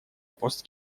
пост